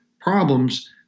problems